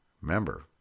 Remember